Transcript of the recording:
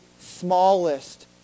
smallest